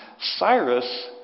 Cyrus